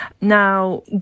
Now